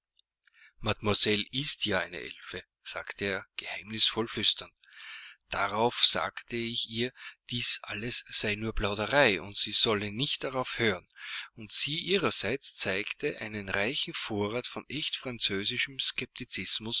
mademoiselle ist ja eine elfe sagte er geheimnisvoll flüsternd darauf sagte ich ihr dies alles sei nur plauderei und sie solle nicht darauf hören und sie ihrerseits zeigte einen reichen vorrat von echt